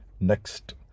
Next